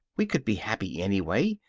we could be happy, anyway.